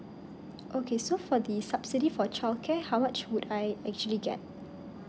okay so for the subsidy for childcare how much would I actually get